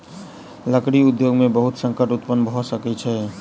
लकड़ी उद्योग में बहुत संकट उत्पन्न भअ सकै छै